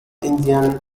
indian